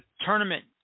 tournament